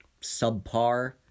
subpar